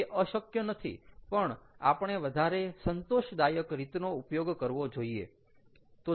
તે અશક્ય નથી પણ આપણે વધારે સંતોષદાયક રીતનો ઉપયોગ કરવો જોઈએ